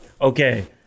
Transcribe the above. Okay